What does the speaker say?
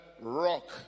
rock